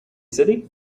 city